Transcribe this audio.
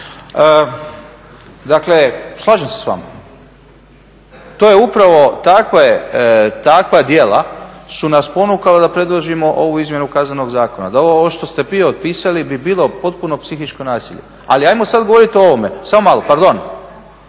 Dakle, slažem se s vama. To je upravo, takva djela su nas ponukala da predložimo ovu izmjenu Kaznenog zakona da ovo što ste vi opisali bi bilo potpuno psihičko nasilje. Ali ajmo sad govoriti o ovome, samo malo, pardon.